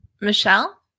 Michelle